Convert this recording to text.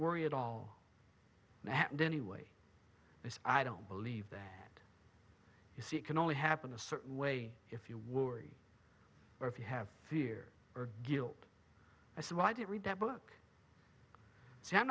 worry at all and anyway i don't believe that you see it can only happen a certain way if you worry or if you have fear or guilt i said well i didn't read that